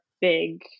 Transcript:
big